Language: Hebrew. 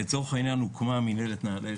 לצורך העניין הוקמה מנהלת נעל"ה,